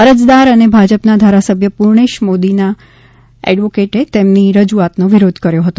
અરજદાર અને ભાજપના ધારાસભ્ય પૂર્ણેશ મોદીના એડવોકેટે તેમની રજૂઆતનો વિરોધ કર્યો હતો